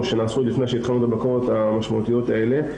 או שנעשו עוד לפני שהתחלנו את הבקרות המשמעויות האלה,